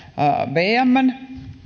vmn